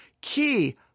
key